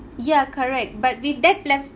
ya correct but with that platf~